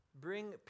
Bring